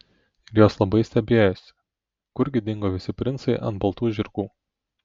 ir jos labai stebėjosi kurgi dingo visi princai ant baltų žirgų